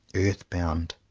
earth-bound,